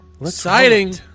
Exciting